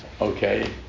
Okay